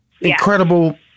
incredible